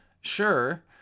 Sure